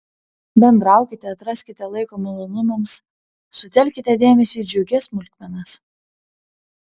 bendraukite atraskite laiko malonumams sutelkite dėmesį į džiugias smulkmenas